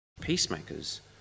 Peacemakers